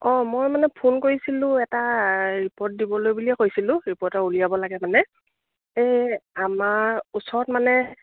অঁ মই মানে ফোন কৰিছিলোঁ এটা ৰিপৰ্ট দিবলৈ বুলিয়ে কৰিছিলোঁ ৰিপৰ্টাৰ উলিয়াব লাগে মানে এই আমাৰ ওচৰত মানে